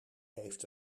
heeft